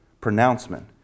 pronouncement